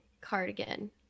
cardigan